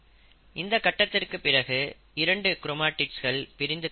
இந்தக் கட்டத்திற்கு பிறகு 2 கிரோமடிட்ஸ் பிரிந்து காணப்படும்